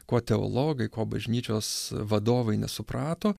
ko teologai ko bažnyčios vadovai nesuprato